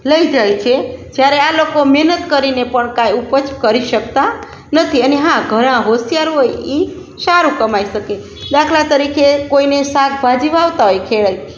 લઈ જાય છે જ્યારે આ લોકો મહેનત કરીને પણ કાંઈ ઉપજ કરી શકતા નથી અને હા ઘણા હોશિયાર હોય એ સારું કમાઈ શકે દાખલા તરીકે કોઈને શાક ભાજી વાવતા હોય ખેડ